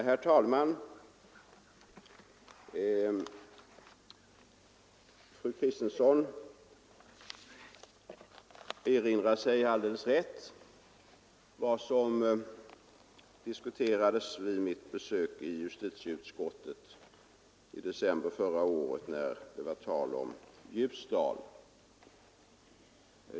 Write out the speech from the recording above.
Herr talman! Fru Kristensson erinrar sig alldeles rätt vad som diskuterades vid mitt besök i justitieutskottet i december förra året när det var tal om Ljusdal.